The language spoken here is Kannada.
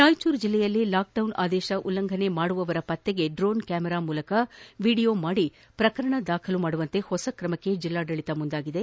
ರಾಯಚೂರು ಜಿಲ್ಲೆಯಲ್ಲಿ ಲಾಕ್ಡೌನ್ ಆದೇಶ ಉಲ್ಲಂಘನೆ ಮಾಡುವವರ ಪತ್ತೆಗೆ ಡ್ರೋನ್ ಕ್ಯಾಮರಾ ಮೂಲಕ ವೀಡಿಯೋ ಮಾಡಿ ಪ್ರಕರಣ ದಾಖಲು ಮಾಡುವ ಹೊಸ ಕ್ರಮಕ್ಕೆ ಜಿಲ್ಲಾಡಳಿತ ಮುಂದಾಗಿದೆ